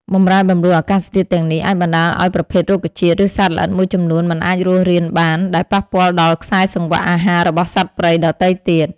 បម្រែបម្រួលអាកាសធាតុទាំងនេះ អាចបណ្ដាលឱ្យប្រភេទរុក្ខជាតិ ឬសត្វល្អិតមួយចំនួនមិនអាចរស់រានបាន ដែលប៉ះពាល់ដល់ខ្សែសង្វាក់អាហាររបស់សត្វព្រៃដទៃទៀត។